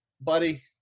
buddy